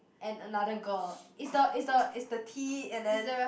and another girl is the is the is the T and then